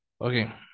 Okay